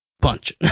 punch